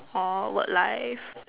orh work life